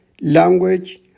language